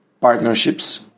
partnerships